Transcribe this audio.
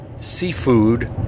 seafood